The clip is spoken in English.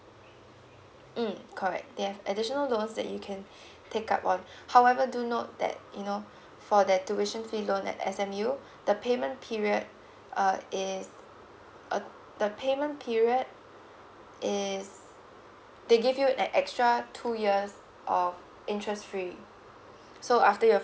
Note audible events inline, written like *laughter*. mm correct they have additional loans that you can *breath* take up on however do note that you know for that tuition fee loan at S_M_U the payment period uh is uh the payment period is they give you an extra two years of interest free so after your